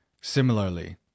Similarly